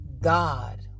God